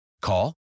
Call